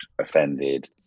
offended